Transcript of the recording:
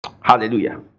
Hallelujah